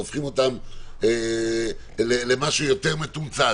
והופכים אותן למשהו יותר מתומצת,